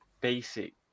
basic